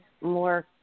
more